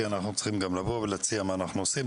כי אנחנו צריכים גם לבוא ולהציע מה אנחנו עושים.